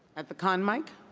at the con mic.